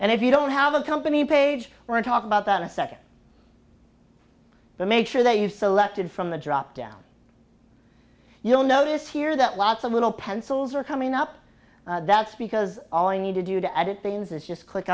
and if you don't have a company page we're talking about that a second but make sure that you've selected from the drop down you'll notice here that lots of little pencils are coming up that's because all you need to do to edit things is just click